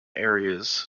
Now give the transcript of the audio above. areas